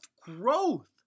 growth